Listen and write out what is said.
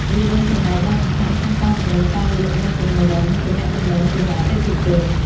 វារួមចំណែកយ៉ាងសំខាន់ក្នុងការជំរុញការលក់ និងពង្រឹងទំនាក់ទំនងជាមួយអតិថិជន។